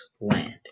land